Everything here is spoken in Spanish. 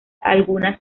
algunas